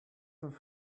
some